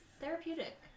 therapeutic